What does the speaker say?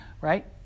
right